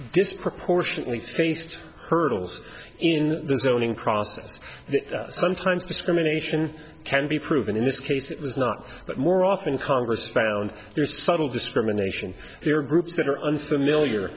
disproportionately faced hurdles in the zoning process sometimes discrimination can be proven in this case it was not but more often congress found there subtle discrimination or groups that are unfamiliar